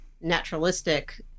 naturalistic